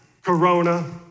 Corona